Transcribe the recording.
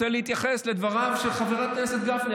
אני רוצה להתייחס לדבריו של חבר הכנסת גפני.